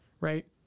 Right